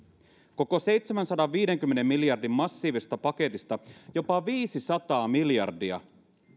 koko seitsemänsadanviidenkymmenen miljardin massiivisesta paketista jopa viisisataa miljardia